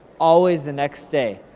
always the next day.